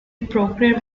programme